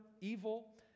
evil